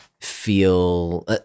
feel